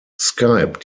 skype